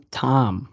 tom